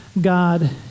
God